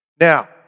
Now